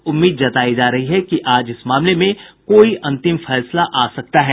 उम्मीद जताई जा रही है की आज इस मामले में कोई अंतिम फैसला आ सकता है